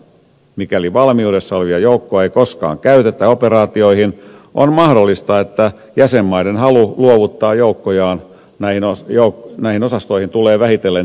mikäli valmiudessa olevia joukkoja ei koskaan käytetä operaatioihin on mahdollista että jäsenmaiden halu luovuttaa joukkojaan näihin osastoihin tulee vähitellen hiipumaan